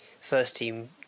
first-team